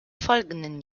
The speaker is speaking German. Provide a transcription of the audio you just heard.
folgenden